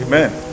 Amen